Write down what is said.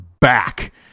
back